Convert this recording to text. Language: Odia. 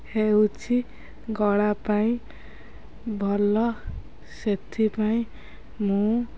ହେଉଛି ଗଳା ପାଇଁ ଭଲ ସେଥିପାଇଁ ମୁଁ